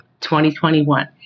2021